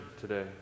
today